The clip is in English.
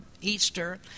Easter